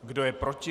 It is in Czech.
Kdo je proti?